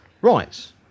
Right